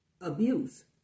abuse